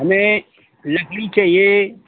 हमें लकड़ी चाहिए